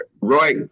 Roy